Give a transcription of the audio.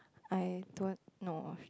I don't know